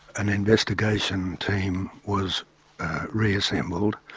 an investigation team was reassembled,